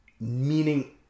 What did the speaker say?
Meaning